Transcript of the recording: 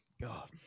God